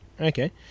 Okay